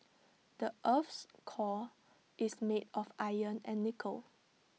the Earth's core is made of iron and nickel